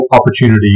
opportunity